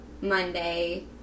Monday